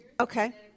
Okay